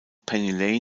penny